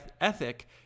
ethic